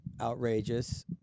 outrageous